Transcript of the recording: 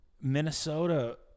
Minnesota